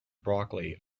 broccoli